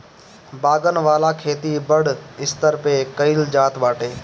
बागन वाला खेती बड़ स्तर पे कइल जाता बाटे